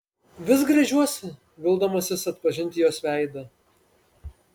vis gręžiuosi vildamasis atpažinti jos veidą